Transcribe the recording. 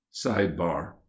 SIDEBAR